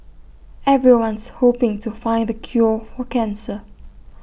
everyone's hoping to find the cure for cancer